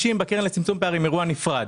מיליון לקרן לצמצום פערים זה אירוע נפרד.